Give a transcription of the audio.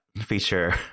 feature